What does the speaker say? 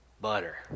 butter